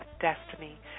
Destiny